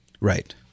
Right